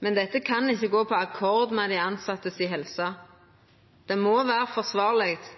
Men dette kan ikkje gå på akkord med dei tilsette si helse. Det må vera forsvarleg